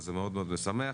וזה מאוד מאוד משמח.